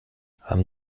haben